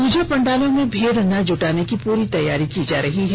प्रजा पंडालों में भीड़ न जुटाने की पूरी तैयारी की जा रही है